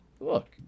Look